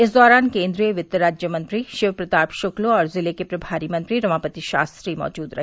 इस दौरान केन्द्रीय वित्त राज्य मंत्री शिवप्रताप शुक्ल और जिले के प्रभारी मंत्री रमापति शास्त्री मौजूद रहे